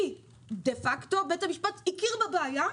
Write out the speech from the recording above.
כי דה-פאקטו, בית המשפט הכיר בבעיה,